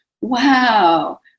wow